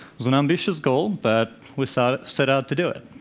was an ambitious goal, but we sort of set out to do it.